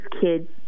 kid's